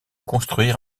construire